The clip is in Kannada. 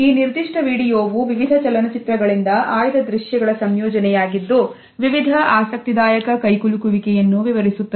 ಈ ನಿರ್ದಿಷ್ಟ ವಿಡಿಯೋವು ವಿವಿಧ ಚಲನಚಿತ್ರ ಗಳಿಂದ ಆಯ್ದ ದೃಶ್ಯಗಳ ಸಂಯೋಜನೆಯಾಗಿದ್ದು ವಿವಿಧ ಆಸಕ್ತಿದಾಯಕ ಕೈಕುಲುಕುವಿಕೆಯನ್ನು ವಿವರಿಸುತ್ತದೆ